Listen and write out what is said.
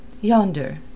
Yonder